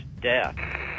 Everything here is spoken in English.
death